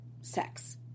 sex